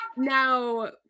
Now